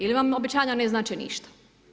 Ili vam obećanja ne znače ništa.